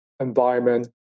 environment